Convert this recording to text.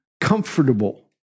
comfortable